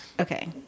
Okay